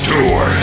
Tour